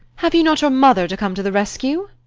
have you not your mother to come to the rescue?